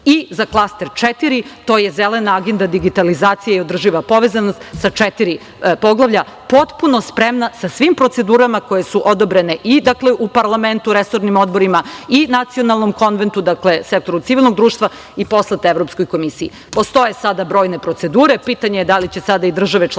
i za klaster 4 - Zelena agenda digitalizacije i održiva povezanost, sa četiri poglavlja, potpuno spremna, sa svim procedurama koje su odobrene i u parlamentu, resornim odborima i nacionalnom konventu, sektoru civilnog društva i poslato Evropskoj komisiji. Postoje sada brojne procedure. Pitanje je da li će sada i države članice